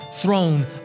throne